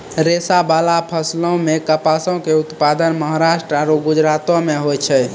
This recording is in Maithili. रेशाबाला फसलो मे कपासो के उत्पादन महाराष्ट्र आरु गुजरातो मे होय छै